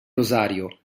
rosario